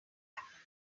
happened